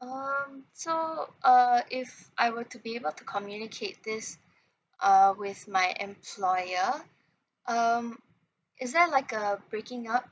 um so uh if I were to be able to communicate this uh with my employer um is there like a breaking up